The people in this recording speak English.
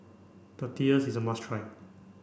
Tortillas is a must try